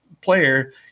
player